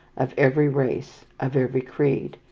of every race, of every creed,